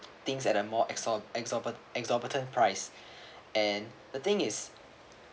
things that are more exo~ exober~ exorbitant price and the thing is